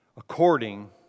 According